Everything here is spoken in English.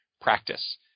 practice